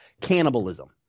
cannibalism